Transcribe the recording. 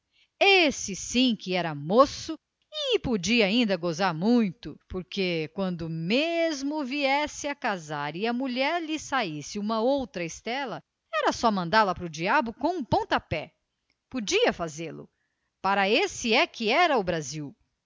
esse sim que era moço e podia ainda gozar muito porque quando mesmo viesse a casar e a mulher lhe saísse uma outra estela era só mandá-la para o diabo com um pontapé podia fazê-lo para esse é que era o brasil